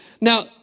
Now